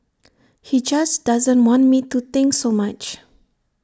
he just doesn't want me to think so much